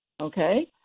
okay